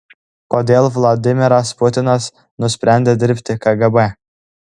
kodėl vladimiras putinas nusprendė dirbti kgb